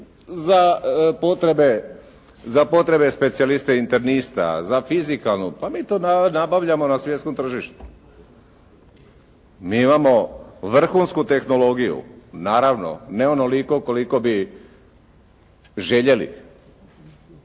za potrebe specijalista, internista, za fizikalnu pa mi to nabavljamo na svjetskom tržištu. Mi imamo vrhunsku tehnologiju, naravno ne onoliko koliko bi željeli.